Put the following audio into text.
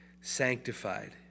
sanctified